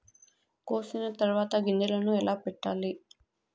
కోసిన తర్వాత గింజలను ఎలా పెట్టాలి